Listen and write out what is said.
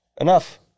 enough